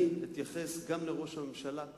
אני אתייחס גם לראש הממשלה.